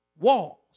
Walls